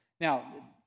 Now